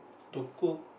to cook